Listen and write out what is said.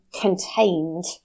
contained